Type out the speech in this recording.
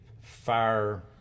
fire